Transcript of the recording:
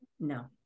no